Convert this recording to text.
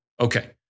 Okay